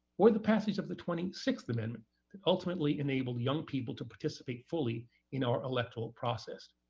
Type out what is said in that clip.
or the passage of the twenty sixth amendment that ultimately enabled young people to participate fully in our electoral process.